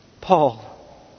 Paul